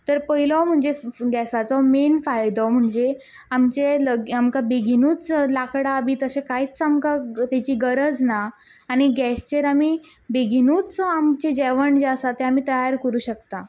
तर पयलो म्हणजे गैसाचो फायदो म्हणजे आमचे लग आमचे बेगीनूच लांकडां बी तशें कांयच आमकां तेची गरज ना आनी गैसचेर आमी बेगूनच आमचें जेवण जें आसा तें तयार करूंक शकता